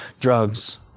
drugs